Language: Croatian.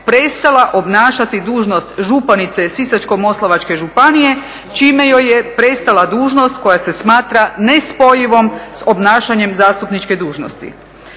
prestala obnašati dužnost županice Sisačko-moslavačke županije čime joj je prestala dužnost koja se smatra nespojivom s obnašanjem zastupničke dužnosti.